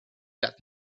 that